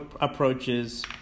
approaches